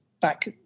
back